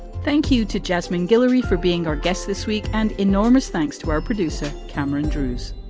thank you to jasmine guillory for being our guest this week and enormous thanks to our producer, cameron drewes.